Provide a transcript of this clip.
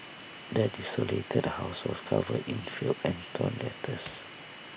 the desolated house was covered in filth and torn letters